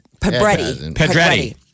Pedretti